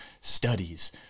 studies